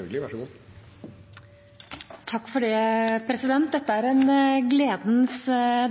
en gledens